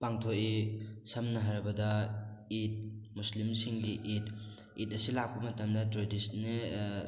ꯄꯥꯡꯊꯣꯛꯏ ꯁꯝꯅ ꯍꯥꯏꯔꯕꯗ ꯏꯗ ꯃꯨꯁꯂꯤꯝꯁꯤꯡꯒꯤ ꯏꯗ ꯏꯗ ꯑꯁꯤ ꯂꯥꯛꯄ ꯃꯇꯝꯗ ꯇ꯭ꯔꯦꯗꯤꯁꯟꯅꯦꯜ